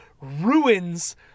ruins